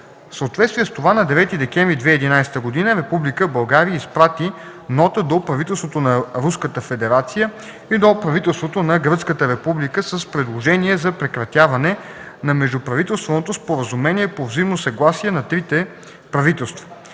съответствие с това на 9 декември 2011 г. Република България изпрати нота до правителството на Руската федерация и до правителството на Гръцката република с предложение за прекратяване на Междуправителственото споразумение по взаимно съгласие на трите правителства.